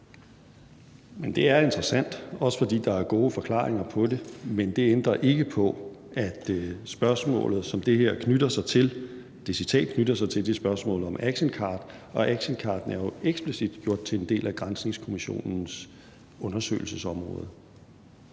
Det er interessant, også fordi der er gode forklaringer på det. Men det ændrer ikke på, at det citat er knyttet til spørgsmålene om actioncard, og actioncardene er jo eksplicit gjort til en del af granskningskommissionens undersøgelsesområde.